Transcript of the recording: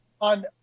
on